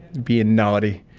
being naughty.